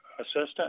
assistant